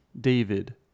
David